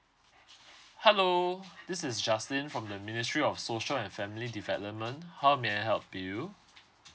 hello this is justin from the ministry of social and family development how may I help you